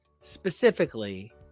specifically